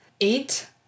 Eight